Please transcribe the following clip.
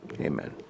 Amen